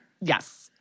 Yes